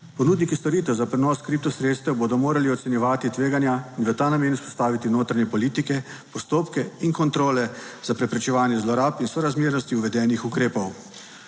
Ponudniki storitev za prenos kriptosredstev bodo morali ocenjevati tveganja in v ta namen vzpostaviti notranje politike, postopke in kontrole za preprečevanje zlorab in sorazmernosti uvedenih ukrepov.